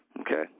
okay